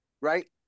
Right